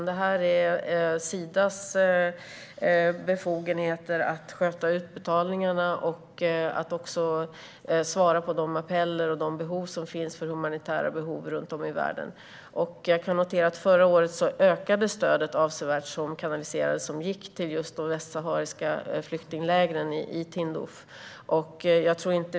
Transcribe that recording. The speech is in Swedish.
Det är Sidas befogenheter att sköta utbetalningarna och också svara på de appeller och behov som finns av humanitär hjälp runt om i världen. Jag kan notera att förra året ökade det stöd som kanaliserades och gick just till de västsahariska flyktinglägren i Tindouf avsevärt.